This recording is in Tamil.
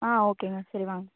ஆ ஓகேங்க சரி வாங்க